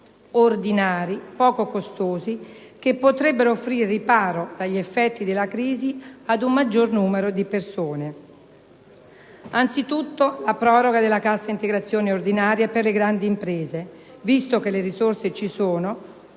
ordinari, poco costosi che potrebbero offrire riparo dagli effetti della crisi ad un maggior numero di persone. Anzitutto la proroga della cassa integrazione ordinaria per le grandi imprese, visto che le risorse ci sono: